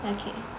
okay